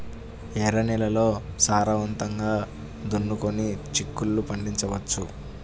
ఎర్ర నేలల్లో సారవంతంగా దున్నుకొని చిక్కుళ్ళు పండించవచ్చు